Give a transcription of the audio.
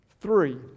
Three